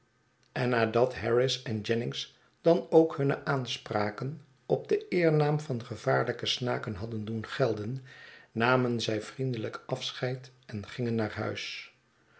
en nadat harris en jennings dan ook hunne aanspraken op den eernaam van gevaarlijke snaken hadden doen gelden namen zij vriendelijk afscheid en gingen naar huis